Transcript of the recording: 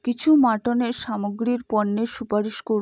কিছু মাটনের সামগ্রীর পণ্যের সুপারিশ করুন